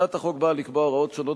הצעת החוק באה לקבוע הוראות שונות